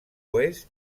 oest